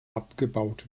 abgebaut